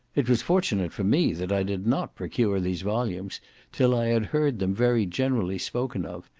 it was fortunate for me that i did not procure these volumes till i had heard them very generally spoken of,